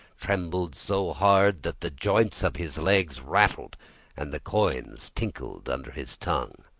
trembled so hard that the joints of his legs rattled and the coins tinkled under his tongue.